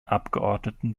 abgeordneten